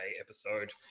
episode